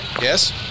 Yes